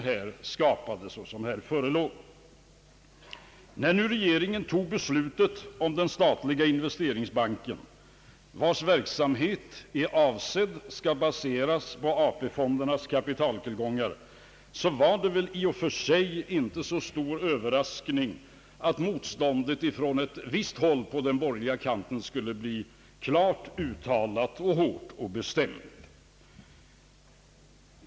När regeringen fattade sitt beslut om den statliga investeringsbanken, vars verksamhet är avsedd att baseras på AP-fondernas kapitaltillgångar, var det väl i och för sig inte så stor överraskning att motståndet från ett visst håll på den borgerliga kanten skulle bli klart uttalat, hårt och bestämt.